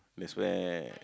that's where